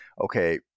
okay